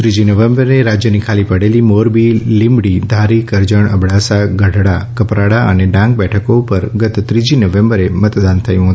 ત્રીજી નવેમ્બરે રાજ્યની ખાલી પડેલી મોરબી લાંબડી ધારી કરજણ અબડાસા ગઢડા કપરાડા અને ડાંગ બેઠકો ઉપર ગત ત્રીજી નવેમ્બરે મતદાન થયું હતુ